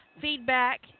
feedback